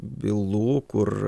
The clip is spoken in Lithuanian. bylų kur